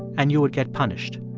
and you would get punished.